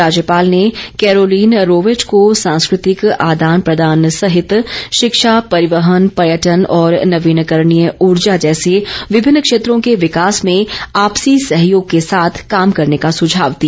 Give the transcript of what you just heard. राज्यपाल ने Caroline Rowett को सांस्कृतिक आदान प्रदान सहित शिक्षा परिवहन पर्यटन और नवीनकरणीय ऊर्जा जैसे विभिन्न क्षेत्रों के विकास में आपसी सहयोग के साथ काम करने का सुझाव दिया